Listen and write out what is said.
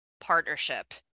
partnership